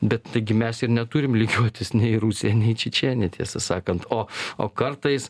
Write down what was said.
bet taigi mes ir neturim lygiuotis nei į rusiją nei į čečėniją tiesą sakant o o kartais